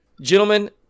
Gentlemen